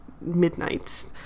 midnight